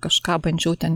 kažką bandžiau ten